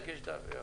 יש המשך.